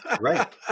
Right